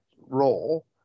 role